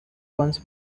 once